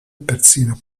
persino